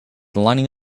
lining